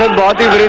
and da da